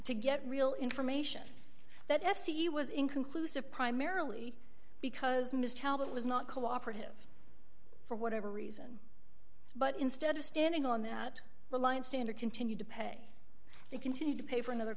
to get real information that f c was inconclusive primarily because miss talbot was not cooperative for whatever reason but instead of standing on that line stander continued to pay they continued to pay for another